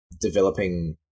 developing